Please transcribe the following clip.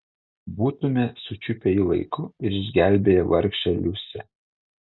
būtumėme sučiupę jį laiku ir išgelbėję vargšę liusę